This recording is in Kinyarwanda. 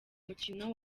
mukino